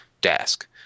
desk